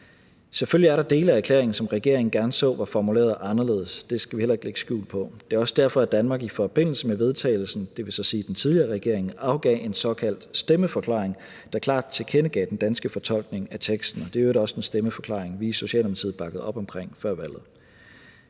Selvfølgelig er der dele af erklæringen, som regeringen gerne så var formuleret anderledes – det skal vi heller ikke lægge skjul på – og det er også derfor, at Danmark i forbindelse med vedtagelsen, dvs. den tidligere regering, afgav en såkaldt stemmeforklaring, der klart tilkendegav den danske fortolkning af teksten. Det er i øvrigt også en stemmeforklaring, vi i Socialdemokratiet bakkede op om før valget.